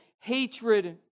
hatred